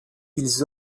ils